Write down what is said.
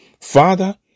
Father